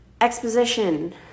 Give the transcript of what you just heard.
Exposition